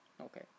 Okay